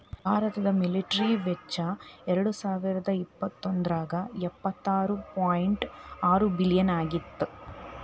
ಭಾರತದ ಮಿಲಿಟರಿ ವೆಚ್ಚ ಎರಡಸಾವಿರದ ಇಪ್ಪತ್ತೊಂದ್ರಾಗ ಎಪ್ಪತ್ತಾರ ಪಾಯಿಂಟ್ ಆರ ಬಿಲಿಯನ್ ಆಗಿತ್ತ